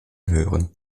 hören